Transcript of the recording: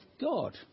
God